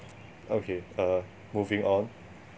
okay err moving on